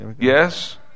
Yes